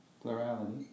Plurality